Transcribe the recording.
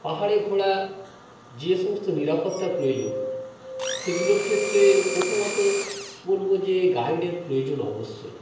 পাহাড়ে ঘোরা যে সমস্ত নিরাপত্তার প্রয়োজন সেগুলোর ক্ষেত্রে প্রথমত বলবো যে গাইডের প্রয়োজন অবশ্যই